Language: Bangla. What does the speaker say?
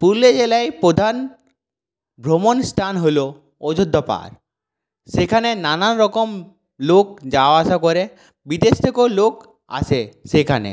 পুরুলিয়া জেলায় প্রধান ভ্রমণ স্থান হল অযোধ্যা পাহাড় সেখানে নানান রকম লোক যাওয়া আসা করে বিদেশ থেকেও লোক আসে সেখানে